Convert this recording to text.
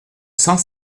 cent